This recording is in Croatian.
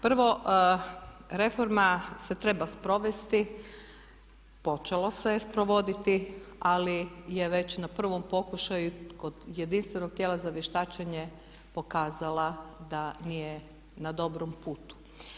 Prvo, reforma se treba provesti, počelo se je provoditi ali je već na prvom pokušaju kod jedinstvenog tijela za vještačenje pokazala da nije na dobrom putu.